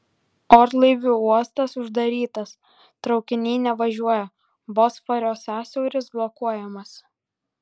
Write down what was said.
orlaivių uostas uždarytas traukiniai nevažiuoja bosforo sąsiauris blokuojamas